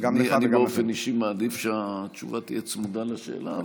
אני באופן אישי מעדיף שהתשובה תהיה צמודה לשאלה,